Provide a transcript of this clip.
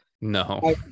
no